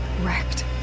wrecked